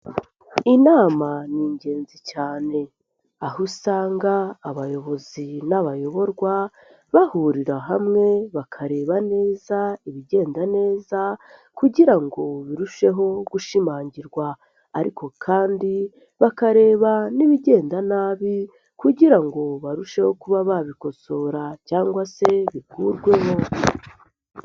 Inama ni ingenzi cyane. Aho usanga abayobozi n'abayoborwa bahurira hamwe bakareba neza ibigenda neza kugira ngo birusheho gushimangirwa ariko kandi bakareba n'ibigenda nabi kugira ngo barusheho kuba babikosora cyangwa se bikurwemo.